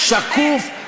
שקוף,